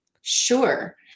Sure